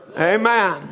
Amen